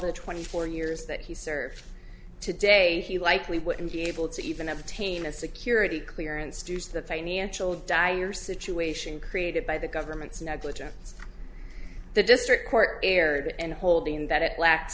the twenty four years that he served today he likely wouldn't be able to even obtain a security clearance to use the financial dire situation created by the government's negligence the district court erred and holding that it lack